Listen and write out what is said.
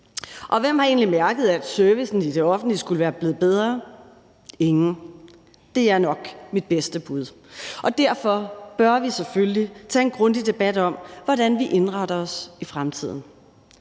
Og hvem har egentlig mærket, at servicen i det offentlige skulle være blevet bedre? Ingen – det er nok mit bedste bud. Og derfor bør vi selvfølgelig tage en grundig debat om, hvordan vi indretter os i fremtiden.